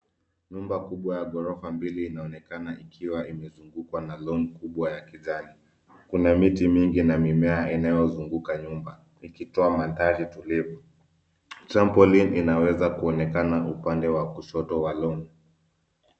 Nyumba kubwa ya ghorofa mbili inaonekana ikiwa imezungukwa na lawn kubwa ya kijani. Kuna miti mingi na mimea inayozunguka nyumba ikitoa mandhari tulivu. Trampoline inaweza kuonekana upande wa kushoto wa lawn .